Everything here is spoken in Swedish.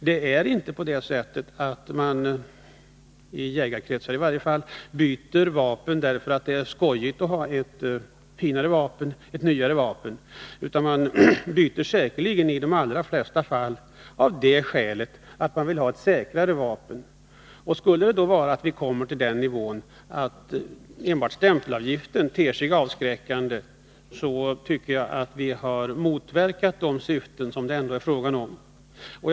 Det är inte så — i varje fall inte i jägarkretsar — att man byter vapen därför att det är skojigt att ha ett finare eller nyare vapen, utan man byter i de allra flesta fall av det skälet att man vill ha ett säkrare vapen. Och skulle vi komma till den situationen att enbart stämpelavgiften ter sig avskräckande, tycker jag att vi har motverkat de syften som det ändå är fråga om.